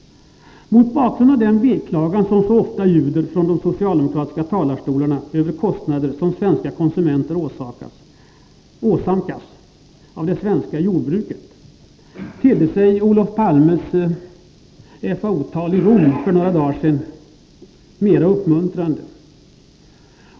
Mot bakgrund av den veklagan som så ofta ljuder från de socialdemokratiska talarstolarna över kostnader som svenska konsumenter åsamkas av det svenska jordbruket, tedde sig Olof Palmes FAO-tal i Rom för några dagar sedan mera uppmuntrande.